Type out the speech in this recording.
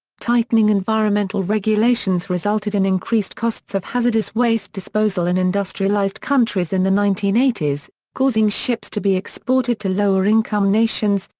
tightening environmental regulations resulted in increased costs of hazardous waste disposal in industrialised countries in the nineteen eighty s, causing ships to be exported to lower income nations,